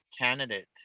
candidates